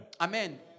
Amen